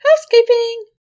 housekeeping